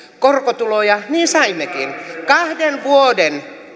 korkotuloja niin saimmekin kahden vuoden